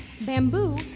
bamboo